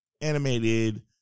animated